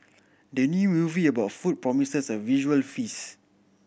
the new movie about food promises a visual feast